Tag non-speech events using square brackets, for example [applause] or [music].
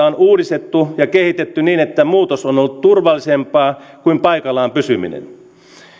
[unintelligible] on uudistettu ja kehitetty niin että muutos on ollut turvallisempaa kuin paikallaan pysyminen